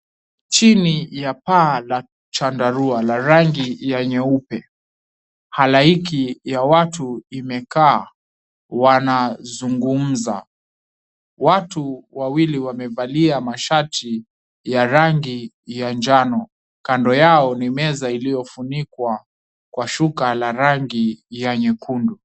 Chini ya paa la chandarua la rangi ya nyeupe, halaiki ya watu imekaa wanazungumza. Watu wawili wamevalia mashati ya rangi ya njano, kando yao ni meza iliyofunikwa kwa shuka la rangi ya nyekundu.